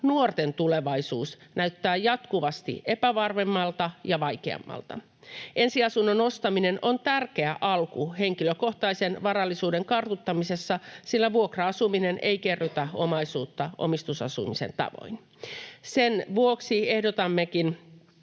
nuorten tulevaisuus näyttää jatkuvasti epävarmemmalta ja vaikeammalta. Ensiasunnon ostaminen on tärkeä alku henkilökohtaisen varallisuuden kartuttamisessa, sillä vuokra-asuminen ei kerrytä omaisuutta omistusasumisen tavoin. Sen vuoksi ehdotammekin